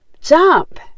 Jump